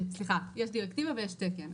יש דירקטיבה ויש תקן.